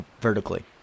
vertically